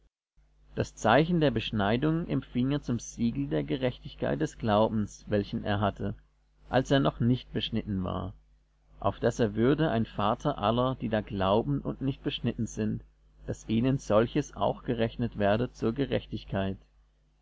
das zeichen der beschneidung empfing er zum siegel der gerechtigkeit des glaubens welchen er hatte als er noch nicht beschnitten war auf daß er würde ein vater aller die da glauben und nicht beschnitten sind daß ihnen solches auch gerechnet werde zur gerechtigkeit